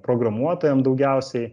programuotojam daugiausiai